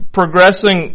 progressing